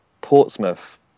Portsmouth